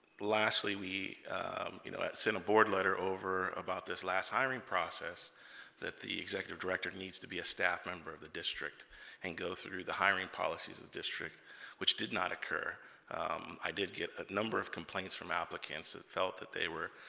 lastly we you know it's in a board letter over about this last hiring process that the executive director needs to be a staff member the district and go through the hiring policies of district which did not occur i did get a number of complaints from applicants that felt that they were